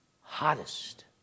hottest